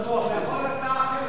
הוא יכול הצעה אחרת.